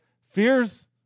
Fears